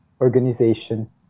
organization